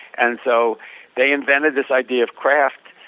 and so they invented this idea of craft